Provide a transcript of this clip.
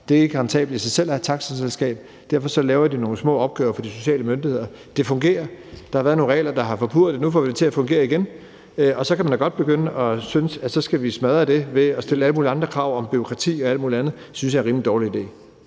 Det er ikke rentabelt i sig selv at have et taxaselskab dér. Derfor laver de nogle små opgaver for de sociale myndigheder. Det fungerer. Der har været nogle regler, der har forpurret det, og nu får vi det til at fungere igen. Så kan man da godt begynde at synes, at vi skal smadre det ved at stille alle mulige andre krav om bureaukrati og alt muligt andet. Det synes jeg er en rimelig dårlig idé.